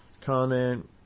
comment